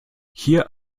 hier